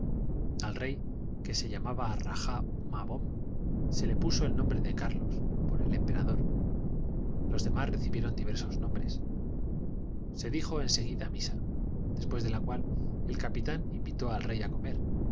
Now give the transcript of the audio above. al rey que se llamaba raja humabon se le puso el nombre de carlos por el emperador los demás recibieron diversos nombres se dijo en seguida misa después de la cual el capitán invitó al rey a comer